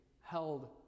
held